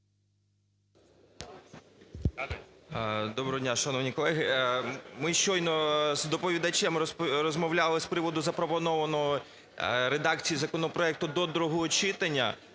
Доброго дня, шановні колеги. Ми щойно з доповідачем розмовляли з приводу запропонованої редакції законопроекту до другого читання.